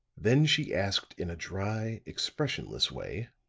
then she asked in a dry, expressionless way